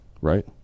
right